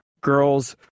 girls